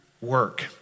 work